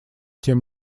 тем